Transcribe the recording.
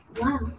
Wow